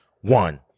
One